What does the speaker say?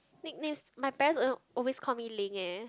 nicknames my parents al~ always call me Ling eh